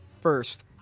First